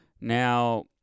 Now